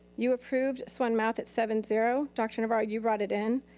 you approved swan math at seven zero. dr. navarro, you brought it in.